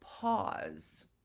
pause